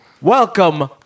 welcome